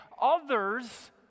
others